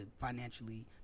financially